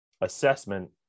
assessment